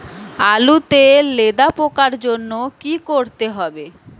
আলুতে লেদা পোকার জন্য কি করতে হবে?